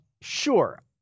Sure